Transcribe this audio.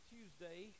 Tuesday